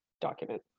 document